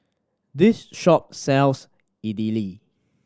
this shop sells Idili